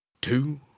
two